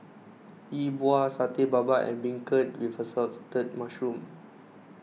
Yi Bua Satay Babat and Beancurd with Assorted Mushrooms